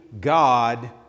God